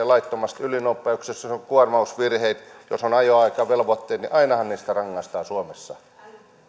laittomasta ylinopeudesta ja jos on kuormausvirheitä jos on ajoaikaan velvoitteet niin ainahan niistä rangaistaan suomessa täällä